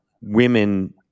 women